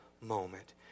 moment